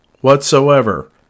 whatsoever